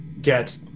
get